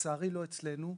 לצערי לא אצלנו,